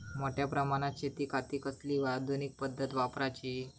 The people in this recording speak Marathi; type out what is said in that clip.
मोठ्या प्रमानात शेतिखाती कसली आधूनिक पद्धत वापराची?